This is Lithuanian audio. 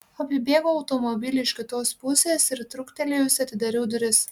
apibėgau automobilį iš kitos pusės ir trūktelėjusi atidariau duris